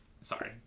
Sorry